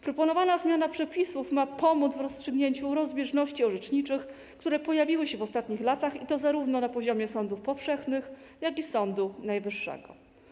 Proponowana zmiana przepisów ma pomóc w rozstrzygnięciu rozbieżności orzeczniczych, które pojawiły się w ostatnich latach, i to na poziomie zarówno sądów powszechnych, jak i Sądu Najwyższego.